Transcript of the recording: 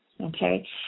Okay